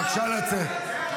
בבקשה, לצאת.